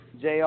Jr